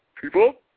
people